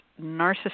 narcissistic